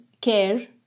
care